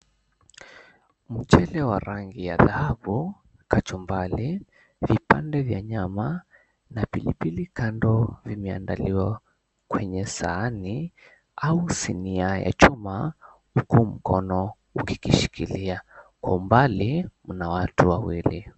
Mchele wa rangi ya dhahabu, kachumbari, vipande vya nyama na pilipili kando vimeandaliwa kwenye sahani au sinia ya chuma huku mkono ukikishikilia. Kwa umbali mna watu wawili.